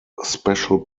special